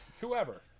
whoever